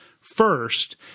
first